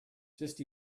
just